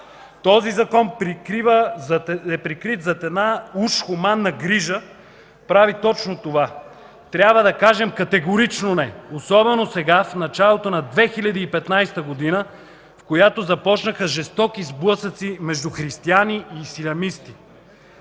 Този закон, прикрит зад една уж хуманна грижа, прави всичко това. Трябва да кажем категорично „не!” особено сега, в началото на 2015 г., в която започнаха жестоки сблъсъци между християни и ислямисти.